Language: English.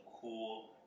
cool